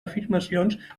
afirmacions